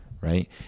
Right